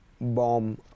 bomb